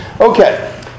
Okay